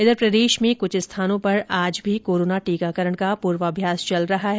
इधर प्रदेश में कुछ स्थानों पर आज भी कोरोना टीकाकरण का पूर्वभ्यास चल रहा है